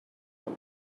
them